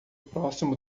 próximo